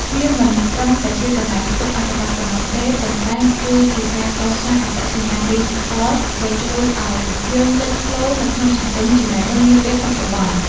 វាមិនត្រឹមតែជាកន្លែងផ្ទុកអត្ថបទប៉ុណ្ណោះទេ ប៉ុន្តែគឺជាការកសាង អត្តសញ្ញាណឌីជីថល ដែលជួយឱ្យយើងលេចធ្លោនៅក្នុងសង្គមចំណេះដឹងនាពេលបច្ចុប្បន្ន។